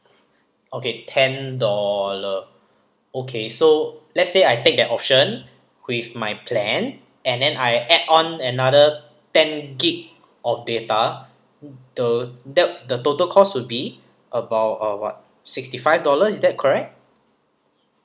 okay ten dollar okay so let's say I take that option with my plan and then I add on another ten gig of data the that the total cost will be about uh what sixty five dollar is that correct